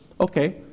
okay